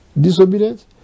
disobedient